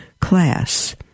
class